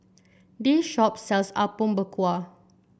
this shop sells Apom Berkuah